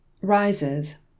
Rises